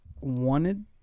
wanted